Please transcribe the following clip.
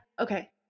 Okay